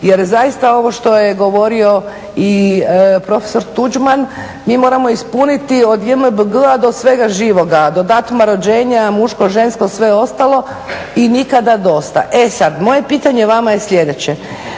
je zaista ovo što je govorio i profesor Tuđman, mi moramo ispuniti od JMBG-a do svega života, do datuma rođenja, muško, žensko sve ostalo i nikada dosta. E sad, moje pitanje vama je slijedeće